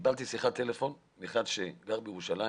קיבלתי שיחת טלפון מאדם שגר בירושלים